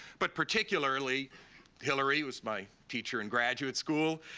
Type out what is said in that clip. but particularly hillary was my teacher in graduate school